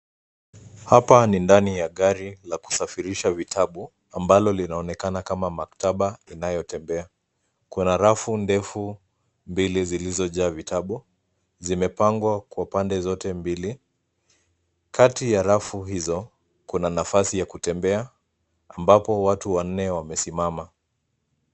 Hapa ni ndani ya gari la kusafirisha vitabu ambalo linaonekana kama maktaba inayotembea. Kuna rafu ndefu mbili zilizojaa vitabu zimepangwa kwa pande zote mbili. Kati ya rafu hizo kuna nafasi ya kutembea ambapo watu wanne wamesimama.